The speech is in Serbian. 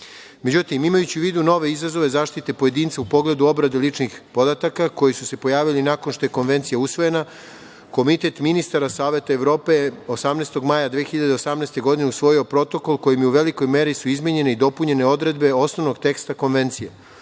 Međutim, imajući u vidu nove izazove zaštite pojedinca u pogledu obrade ličnih podataka koji su se pojavili nakon što je Konvencija usvojena, Komitet ministara Saveta Evrope je 18. maja 2018. godine usvojio Protokol kojim su u velikoj meri izmenjene i dopunjene odredbe osnovnog teksta Konvencije. Praktično